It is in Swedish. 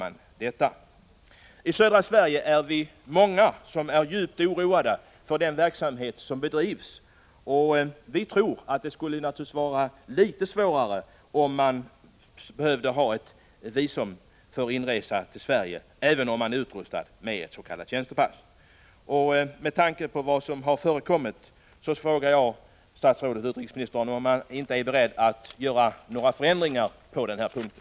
I södra Sverige är vi många som är djupt oroade över den verksamhet som bedrivs, och vi tror att det skulle vara litet svårare om dessa personer behövde ha visum för inresan till Sverige, även om de är utrustade med s.k. tjänstepass. Med tanke på vad som har förekommit frågar jag utrikesministern om han inte är beredd att vidta några förändringar på den här punkten.